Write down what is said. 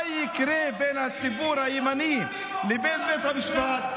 מה יקרה בין הציבור הימני לבין בית המשפט?